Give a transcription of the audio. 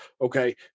Okay